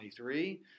23